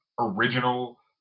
original